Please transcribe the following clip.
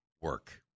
work